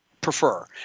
prefer